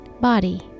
body